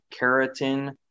keratin